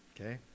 Okay